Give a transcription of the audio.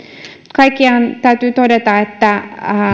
kaikkiaan täytyy todeta että